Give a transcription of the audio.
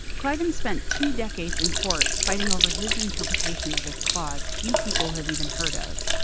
cliven spent two decades in court fighting over his interpretation of this clause few people have even heard of,